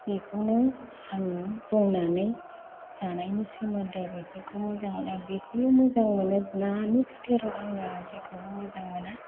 बेखौनो आङो बुंनानै जानायनि सोमोन्दै बेफोरखौ मोजां मोनो बेखौल' मोजां मोनो नानि बिथोराव आङो जेखौबो मोजां मोना